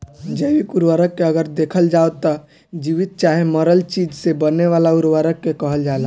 जैविक उर्वरक के अगर देखल जाव त जीवित चाहे मरल चीज से बने वाला उर्वरक के कहल जाला